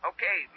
Okay